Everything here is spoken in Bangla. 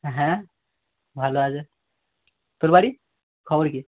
হ্যাঁ ভালো আছে তোর বাড়ি খবর কী